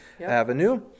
avenue